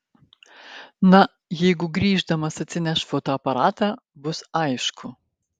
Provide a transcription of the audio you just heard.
na jeigu grįždamas atsineš fotoaparatą bus aišku